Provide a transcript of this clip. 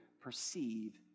perceive